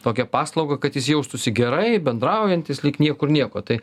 tokią paslaugą kad jis jaustųsi gerai bendraujantis lyg niekur nieko tai